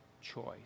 choice